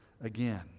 again